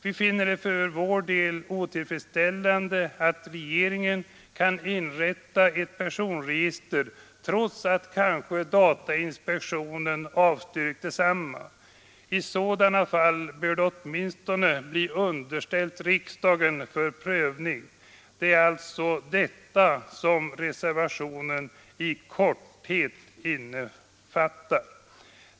Vi finner det för vår del otillbörligt att regeringen kan inrätta ett personregister trots att kanske datainspektionen avstyrkt detsamma. I sådana fall bör det åtminstone bli underställt riksdagen för prövning. I korthet är det alltså detta som reservationen innefattar.